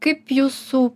kaip jūsų